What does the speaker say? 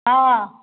हँ